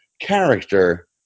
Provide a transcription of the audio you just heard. character